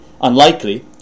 unlikely